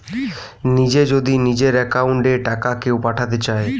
নিজে যদি নিজের একাউন্ট এ টাকা কেও পাঠাতে চায়